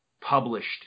published